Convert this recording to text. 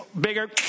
bigger